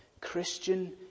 Christian